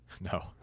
No